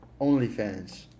OnlyFans